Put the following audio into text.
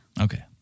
Okay